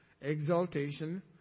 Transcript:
exaltation